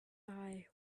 eye